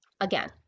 again